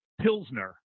pilsner